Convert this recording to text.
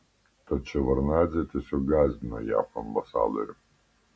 tad ševardnadzė tiesiog gąsdino jav ambasadorių